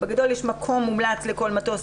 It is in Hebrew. בגדול יש אזור מומלץ לכל מטוס,